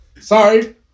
sorry